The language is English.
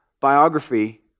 biography